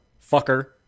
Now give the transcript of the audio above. fucker